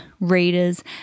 readers